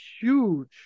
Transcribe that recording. huge